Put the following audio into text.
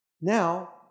Now